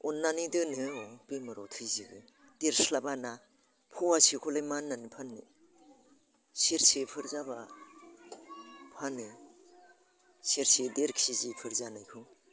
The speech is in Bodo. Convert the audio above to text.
अननानै दोनो आङो बेमाराव थैजोबो देरस्लाबाना पवासेखौलाय मा होननानै फानगोन सेरसेफोर जाब्ला फानो सेरसे देरकेजिफोर जानायखौ